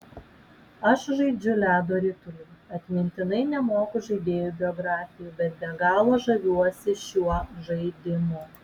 aš žaidžiu ledo ritulį atmintinai nemoku žaidėjų biografijų bet be galo žaviuosi šiuo žaidimu